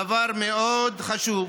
דבר מאוד חשוב,